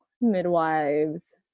midwives